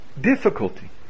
difficulty